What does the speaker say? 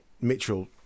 Mitchell